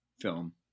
film